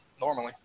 normally